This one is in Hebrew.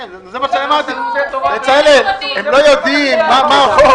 הם לא יודעים מה החוק.